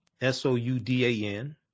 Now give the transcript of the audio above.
S-O-U-D-A-N